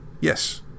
Yes